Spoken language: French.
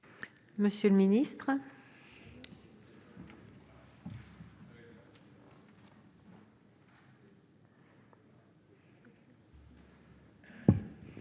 Monsieur le ministre,